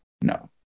No